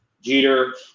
Jeter